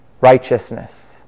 righteousness